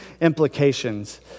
implications